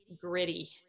gritty